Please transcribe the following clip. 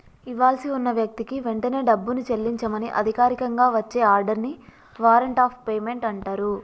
ఇవ్వాల్సి ఉన్న వ్యక్తికి వెంటనే డబ్బుని చెల్లించమని అధికారికంగా వచ్చే ఆర్డర్ ని వారెంట్ ఆఫ్ పేమెంట్ అంటరు